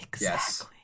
yes